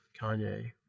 Kanye